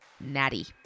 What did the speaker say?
Natty